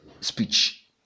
speech